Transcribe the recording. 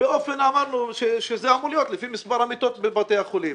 אמרנו שזה אמור להיות לפי מספר המיטות בבתי החולים.